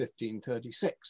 1536